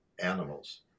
animals